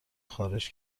خارج